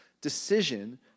decision